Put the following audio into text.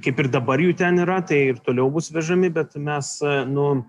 kaip ir dabar jų ten yra tai ir toliau bus vežami bet mes nu